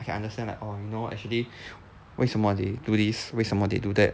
I can understand like orh you know actually 为什么 they do this 为什么 they do that